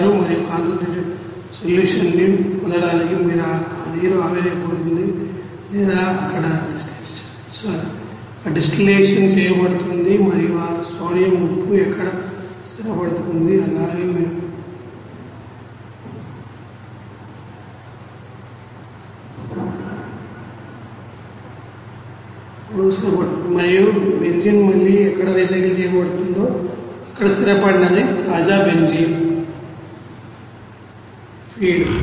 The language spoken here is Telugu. మరియు ఆ కాన్సన్ట్రేటెడ్ సొల్యూషన్ న్ని పొందడానికి ఆ నీరు ఆవిరైపోతుంది లేదా అక్కడ డిస్టిల్లషన్ చేయబడుతుంది మరియు ఆ సోడియం ఉప్పు ఎక్కడ స్థిరపడుతుంది మరియు బెంజీన్ మళ్లీ ఎక్కడ రీసైకిల్ చేయబడుతుందో అక్కడ స్థిరపడినది తాజా బెంజీన్ ఫీడ్